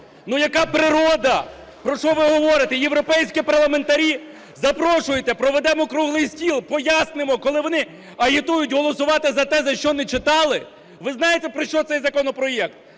Ну, яка природа, про що ви говорите? Європейські парламентарі, запрошуйте, проведемо круглий стіл, пояснимо, коли вони агітують голосувати за те, за що не читали. Ви знаєте, про що цей законопроект?